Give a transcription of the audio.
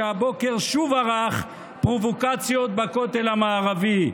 שהבוקר שוב ערך פרובוקציות בכותל המערבי?